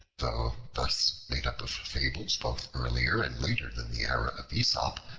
though thus made up of fables both earlier and later than the era of aesop,